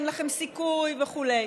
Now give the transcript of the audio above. אין לכם סיכוי וכו'.